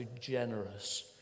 generous